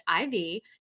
IV